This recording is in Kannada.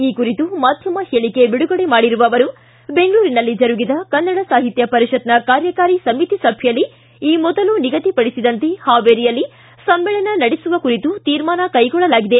ಈ ಕುರಿತು ಮಾಧ್ವಮ ಹೇಳಕೆ ಬಿಡುಗಡೆ ಮಾಡಿರುವ ಅವರು ಬೆಂಗಳೂರಿನಲ್ಲಿ ಜರುಗಿದ ಕನ್ನಡ ಸಾಹಿತ್ಯ ಪರಿಷತ್ತಿನ ಕಾರ್ಯಕಾರಿ ಸಮಿತಿ ಸಭೆಯಲ್ಲಿ ಈ ಮೊದಲು ನಿಗದಿ ಪಡಿಸಿದಂತೆ ಹಾವೇರಿಯಲ್ಲಿ ಸಮ್ಮೇಳನ ನಡೆಸುವ ಕುರಿತು ತೀರ್ಮಾನ ಕೈಗೊಳ್ಳಲಾಗಿದೆ